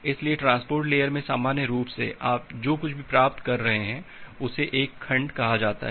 इसलिए transport layer में सामान्य रूप से आप जो कुछ भी प्राप्त कर रहे हैं उसे एक खंड कहा जाता है